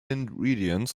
ingredients